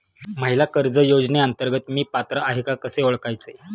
महिला कर्ज योजनेअंतर्गत मी पात्र आहे का कसे ओळखायचे?